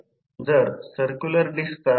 2475 W c 500 जे 2 आहे समीकरण 2